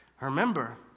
Remember